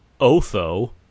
Otho